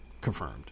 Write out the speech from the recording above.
confirmed